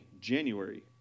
January